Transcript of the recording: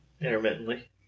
intermittently